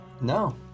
no